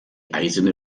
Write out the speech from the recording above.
eisene